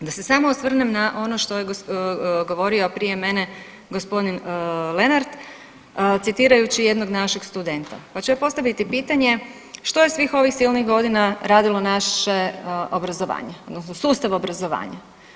Da se samo osvrnem na ono što je govorio prije mene g. Lenart citirajući jednog našeg studenta pa ću ja postaviti pitanje što je svih ovih silnih godina radilo naše obrazovanje, sustav obrazovanja?